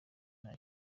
nta